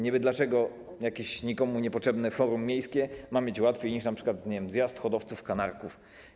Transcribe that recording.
Niby dlaczego jakieś nikomu niepotrzebne forum miejskie ma mieć łatwiej niż np., nie wiem, zjazd hodowców kanarków?